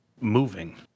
moving